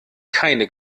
keine